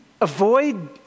avoid